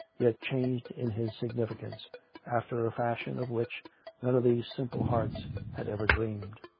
yet changed in his significance after a fashion of which none of these simple hearts had ever dreamed.